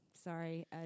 Sorry